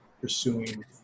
pursuing